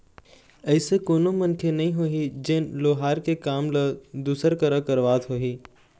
अइसे कोनो मनखे नइ होही जेन लोहार के काम ल दूसर करा करवात होही